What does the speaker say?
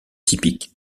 typique